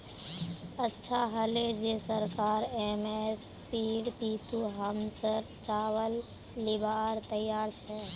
अच्छा हले जे सरकार एम.एस.पीर बितु हमसर चावल लीबार तैयार छ